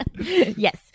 Yes